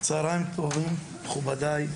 צוהריים טובים מכובדי,